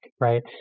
right